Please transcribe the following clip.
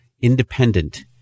independent